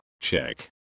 check